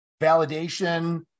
validation